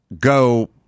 go